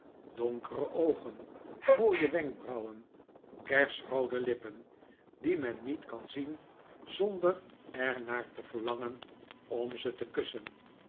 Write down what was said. donkere oogeh mooie wenkbrauwen kersroode lippen die men niet kan zien zonder er naar te verlangen om ze te kussen